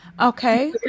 Okay